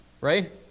Right